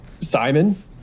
Simon